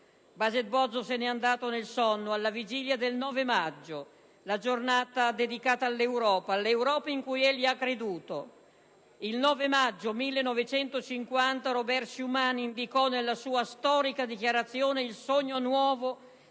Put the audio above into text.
Baget Bozzo se n'è andato nel sonno, alla vigilia del 9 maggio, la giornata dedicata all'Europa, a quell'Europa in cui egli ha creduto. Il 9 maggio 1950 Robert Schuman indicò nella sua storica dichiarazione il sogno nuovo